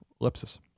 Ellipsis